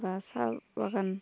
बा साहा बागान